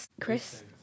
Chris